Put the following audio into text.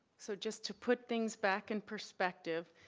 so just to put things back in perspective,